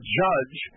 judge